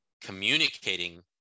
communicating